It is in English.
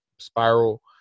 spiral